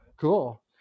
cool